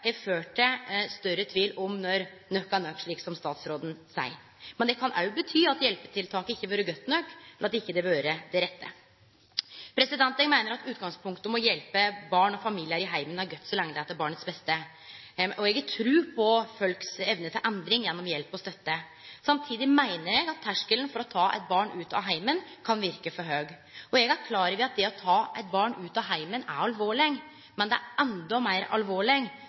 har ført til større tvil om når nok er nok, slik statsråden seier. Det kan òg bety at hjelpetiltaket ikkje har vore godt nok, eller at det ikkje har vore det rette. Eg meiner at utgangspunktet, å hjelpe barn og familiar i heimen, er godt så lenge det er til barnets beste, og eg har tru på folks evne til endring gjennom hjelp og støtte. Samtidig meiner eg at terskelen for å ta eit barn ut av heimen kan verke for høg. Eg er klar over at det å ta eit barn ut av heimen er alvorleg, men det er endå meir alvorleg